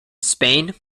spain